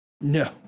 No